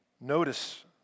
Notice